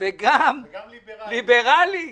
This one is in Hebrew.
וגם ליבראלי?